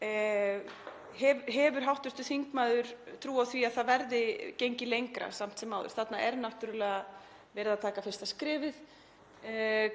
Hefur hv. þingmaður trú á því að það verði gengið lengra samt sem áður? Þarna er náttúrlega verið að taka fyrsta skrefið.